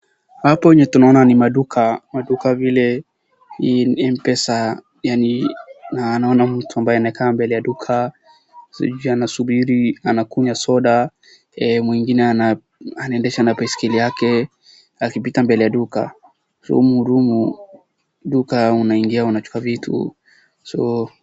Hapo vile tunaona ni maduka, maduka vile mpesa na naona mtu ambaye amekaa mbele ya duka sijui anasubiri, anakunywa soda, mwingine anaendesha na baiskeli yake akipita mbele ya duka. Duka unaingia unachukua vitu.